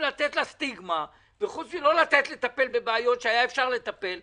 מלתת לה סטיגמה וחוץ מלא לתת לטפל בבעיות שהיה אפשר לטפל בהן,